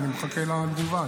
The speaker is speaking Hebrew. ואני מחכה לתגובה,